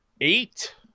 eight